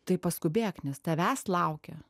tai paskubėk nes tavęs laukia